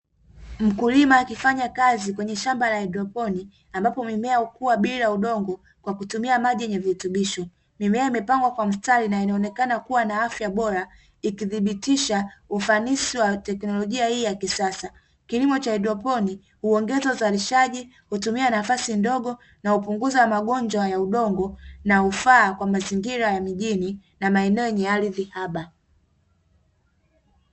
Mkulima akifanya kazi kwenye shamba la haidroponi ambapo mimea hukua bila udongo kwa kutumia maji na virutubisho, mimea imepangwa kwa mstari na inaonekana kuwa na afya bora ikithibitisha ufanisi wa teknolojia hii ya kisasa, kilimo cha haidroponi huongeza uzalishaji, hutumia nafasi ndogo na hupunguza magonjwa ya udongo na hufaa kwa mazingira ya mjini na maeneo yenye ardhi haba.